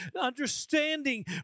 understanding